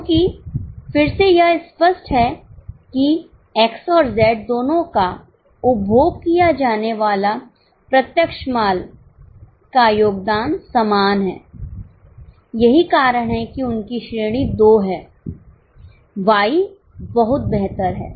क्योंकि फिर से यह स्पष्ट है कि X और Z दोनों का उपभोग किया जाने वाला प्रत्यक्ष माल का योगदान समान हैयही कारण है कि उनकी श्रेणी 2 है Y बहुत बेहतर है